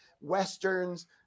westerns